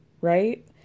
Right